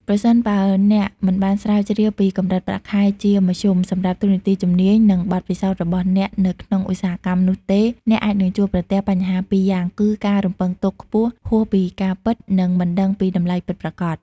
ប្រសិនបើអ្នកមិនបាន ស្រាវជ្រាវពីកម្រិតប្រាក់ខែជាមធ្យម សម្រាប់តួនាទី ជំនាញ និងបទពិសោធន៍របស់អ្នកនៅក្នុងឧស្សាហកម្មនោះទេ អ្នកអាចនឹងជួបប្រទះបញ្ហាពីរយ៉ាងគឺ ការរំពឹងទុកខ្ពស់ហួសពីការពិត និងមិនដឹងពីតម្លៃពិតប្រាកដ។